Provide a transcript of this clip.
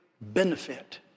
benefit